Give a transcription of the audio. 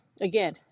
again